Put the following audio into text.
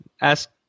ask